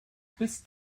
bis